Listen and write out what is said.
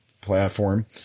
platform